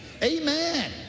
Amen